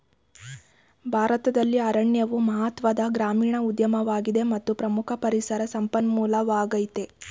ಭಾರತದಲ್ಲಿ ಅರಣ್ಯವು ಮಹತ್ವದ ಗ್ರಾಮೀಣ ಉದ್ಯಮವಾಗಿದೆ ಮತ್ತು ಪ್ರಮುಖ ಪರಿಸರ ಸಂಪನ್ಮೂಲವಾಗಯ್ತೆ